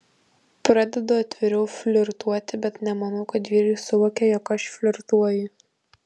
pradedu atviriau flirtuoti bet nemanau kad vyrai suvokia jog aš flirtuoju